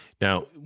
Now